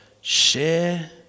share